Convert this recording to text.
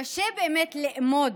קשה לאמוד